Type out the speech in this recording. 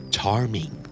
Charming